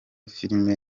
filime